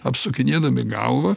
apsukinėdami galvą